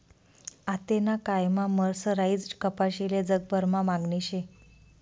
आतेना कायमा मर्सराईज्ड कपाशीले जगभरमा मागणी शे